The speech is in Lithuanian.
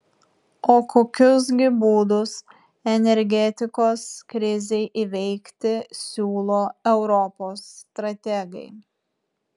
o kokius gi būdus energetikos krizei įveikti siūlo europos strategai